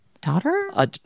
daughter